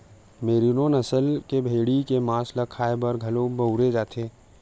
मेरिनों नसल के भेड़ी के मांस ल खाए बर घलो बउरे जाथे